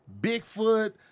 Bigfoot